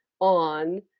on